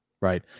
Right